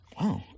Wow